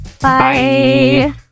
bye